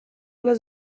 les